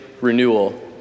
renewal